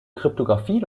kryptographie